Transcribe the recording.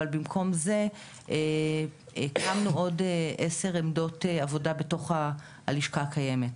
אבל במקום זה הקמנו עוד 10 עמדות עבודה בתוך הלשכה הקיימת.